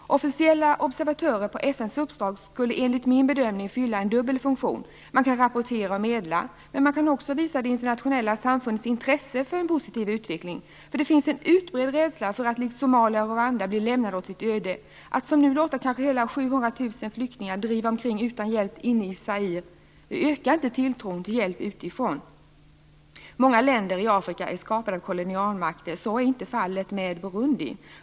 Officiella observatörer på FN:s uppdrag skulle enligt min bedömning fylla en dubbel funktion. De kan rapportera och medla, och de kan också visa det internationella samfundets intresse för en positiv utveckling. Det finns nämligen en utbredd rädsla för att landet likt Somalia och Rwanda skall bli lämnat åt sitt öde. Att som nu låta kanske hela 700 000 flyktingar driva omkring utan hjälp inne i Zaire ökar inte tilltron till hjälp utifrån. Många länder i Afrika är skapade av kolonialmakter. Så är inte fallet med Burundi.